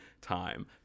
time